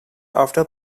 after